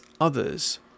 others